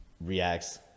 reacts